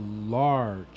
large